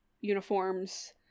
uniforms